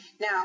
now